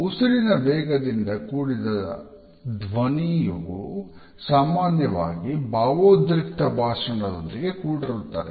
ಉಸಿರಿನ ವೇಗದಿಂದ ಕೂಡಿದ ಧ್ವನಿಯು ಸಾಮಾನ್ಯವಾಗಿ ಭಾವೋದ್ರಿಕ್ತ ಭಾಷಣದೊಂದಿಗೆ ಕೂಡಿರುತ್ತದೆ